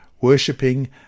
worshipping